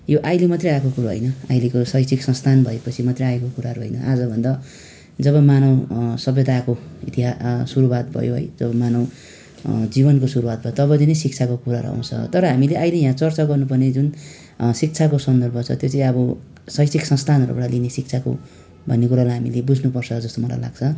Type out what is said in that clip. यो अहिले मात्रै आको कुरो होइन अहिलेको शैक्षिक संस्थान भएपछि मात्रै आएको कुराहरू होइन आजभन्दा जब मानव सभ्यताको इतिहा सुरुवात भयो है जब मानव जीवनको सुरुवात भयो तबदेखि नै शिक्षाको कुराहरू आउँछ तर हामीले अहिले यहाँ चर्चा गर्नु पर्ने जुन शिक्षाको सन्दर्भ छ त्यो चाहिँ अब शैक्षिक संस्थानहरूबाट लिने शिक्षाको भन्ने कुरालाई हामीले बुझ्नु पर्छ जस्तो मलाई लाग्छ